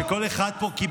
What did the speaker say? שכל אחד בו,